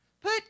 Put